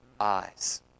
eyes